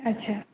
ଆଚ୍ଛା